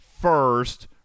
first